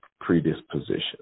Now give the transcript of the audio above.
predisposition